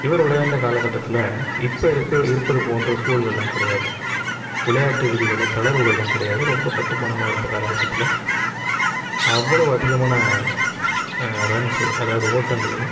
இவர் விளையாண்ட கால கட்டத்தில் இப்போ இருக்க இருப்பது போன்ற சூழல்கள்லாம் கிடையாது விளையாட்டு விதிகளில் தளர்வுகள்லாம் கிடையாது ரொம்ப கட்டுமானமாக இருந்த காலகட்டத்தில் அவ்வளவு அதிகமான ரன்ஸு அதாவது ஓட்டங்களையும்